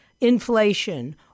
inflation